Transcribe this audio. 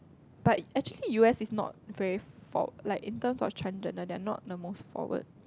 but actually u_s is not very for~ like in terms of transgender they are not the most forward